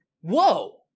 Whoa